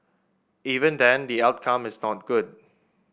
even then the outcome is not good